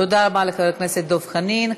תודה רבה לחבר הכנסת דב חנין.